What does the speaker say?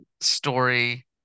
story